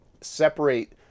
separate